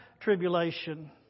tribulation